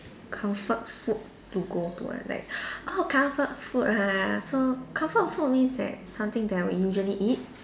comfort food to go to ah like oh comfort food ah so comfort food means that something that I would usually eat